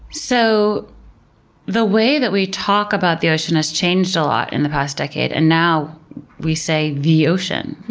so the way that we talk about the ocean has changed a lot in the past decade and now we say the ocean.